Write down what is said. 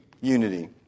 unity